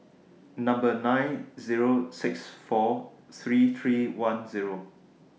Number nine Zero six four three three one Zero